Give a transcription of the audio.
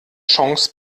chance